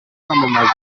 kwamamaza